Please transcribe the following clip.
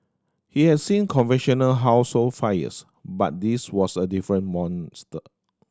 he has seen conventional household fires but this was a different monster